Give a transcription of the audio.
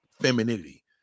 femininity